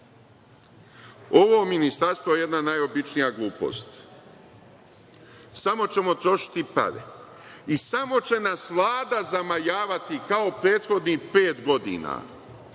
Ovo ministarstvo je jedna najobičnija glupost. Samo ćemo trošiti pare i samo će nas Vlada zamajavati kao prethodnih pet godina